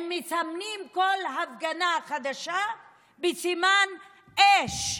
הם מסמנים כל הפגנה חדשה בסימן אש.